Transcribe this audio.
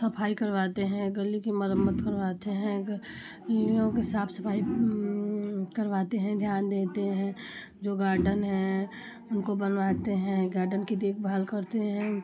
सफाई करवाते हैं गली की मरम्मत करवाते हैं गलियों की साफ सफाई करवाते हैं ध्यान देते हैं जो गार्डन हैं उनको करवाते हैं गार्डन की देखभाल करते हैं